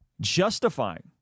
justifying